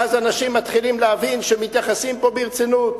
ואז אנשים מתחילים להבין שמתייחסים פה ברצינות.